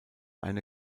eine